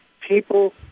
people